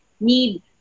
need